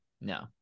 No